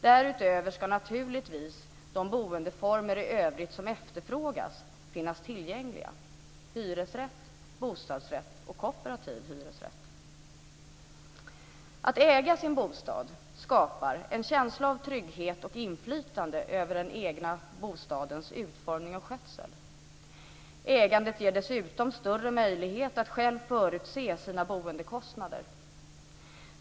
Därutöver ska naturligtvis de boendeformer i övrigt som efterfrågas finnas tillgängliga: hyresrätt, bostadsrätt och kooperativ hyresrätt. Att äga sin bostad skapar en känsla av trygghet och inflytande över den egna bostadens utformning och skötsel. Genom ägandet får man dessutom större möjlighet att själv förutse sina boendekostnader.